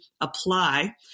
apply